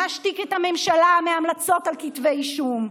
נשתיק את המשטרה מהמלצות על כתבי אישום,